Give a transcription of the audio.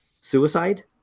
suicide